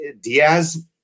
Diaz